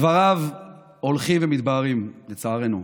דבריו הולכים ומתבהרים, לצערנו.